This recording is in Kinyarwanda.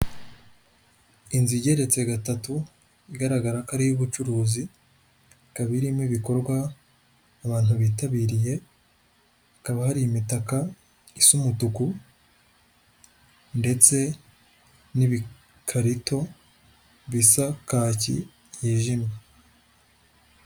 Inzu igeretse gatatu igaragara ko ari iy'ubucuruzi ikaba irimo ibikorwa abantu bitabiriye, hakaba hari imitaka isa umutuku ndetse n'ibikarito bisa kaki yijimye.